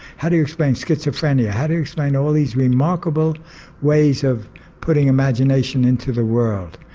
how do you explain schizophrenia, how do you explain all of these remarkable ways of putting imagination into the world?